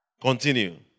Continue